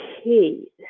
Okay